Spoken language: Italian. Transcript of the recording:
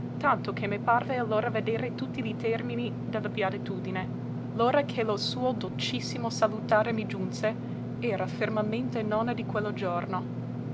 tanto che me parve allora vedere tutti li termini de la beatitudine l'ora che lo suo dolcissimo salutare mi giunse era fermamente nona di quello giorno